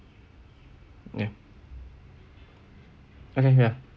ya okay ya